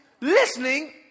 listening